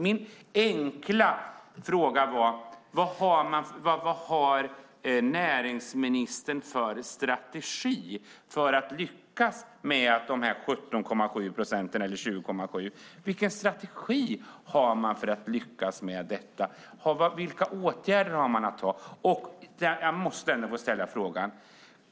Min enkla fråga är: Vad har näringsministern för strategi för att lyckas med dessa 20,7 procent? Vilka åtgärder ska man vidta? Jag måste få ställa frågan en gång till.